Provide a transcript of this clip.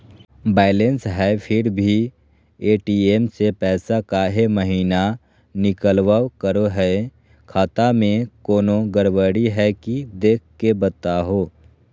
Balance है फिर भी भी ए.टी.एम से पैसा काहे महिना निकलब करो है, खाता में कोनो गड़बड़ी है की देख के बताहों?